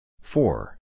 Four